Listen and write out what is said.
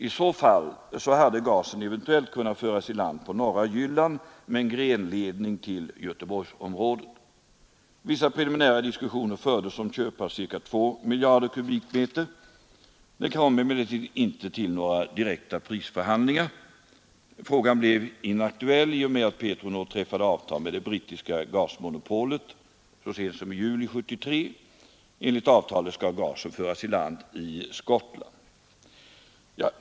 I så fall hade gasen eventuellt kunnat föras i land på norra Jylland med en grenledning till Göteborgsområdet. Vissa preliminära diskussioner fördes om köp av ca 2 miljarder m3. Det kom emellertid inte till några direkta prisförhandlingar. Frågan blev inaktuell i och med att Petronord träffade avtal med det brittiska gasmonopolet så sent som i juli 1973. Enligt avtalet skall gasen föras i land i Skottland.